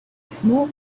small